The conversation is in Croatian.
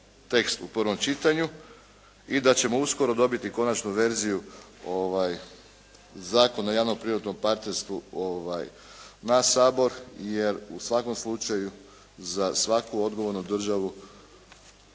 u prvom čitanju i da ćemo uskoro dobiti konačnu verziju Zakona o javnom privatnom partnerstvu, na Sabor. Jer u svakom slučaju za svaku odgovornu državu